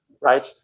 right